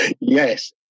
Yes